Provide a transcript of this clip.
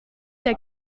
der